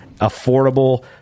Affordable